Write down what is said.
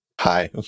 hi